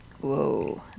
Whoa